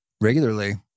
regularly